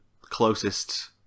closest